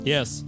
Yes